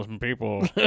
people